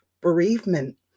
bereavement